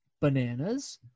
bananas